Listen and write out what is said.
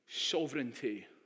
sovereignty